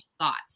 thoughts